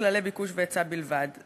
כללי ביקוש והיצע בלבד.